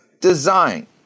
design